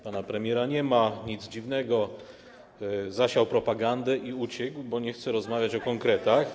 Pana premiera nie ma, nic dziwnego, zasiał propagandę i uciekł, bo nie chce rozmawiać o konkretach.